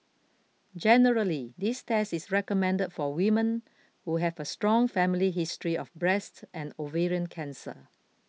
generally this test is recommended for women who have a strong family history of breast and ovarian cancer